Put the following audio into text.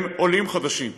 הם עולים חדשים,